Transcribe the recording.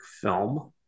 film